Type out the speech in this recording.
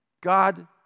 God